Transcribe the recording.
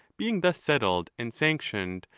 being thus settled and sanctioned,